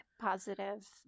positive